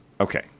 Okay